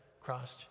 crossed